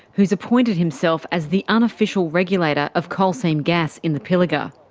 who's appointed himself as the unofficial regulator of coal seam gas in the pilliga.